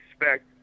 expect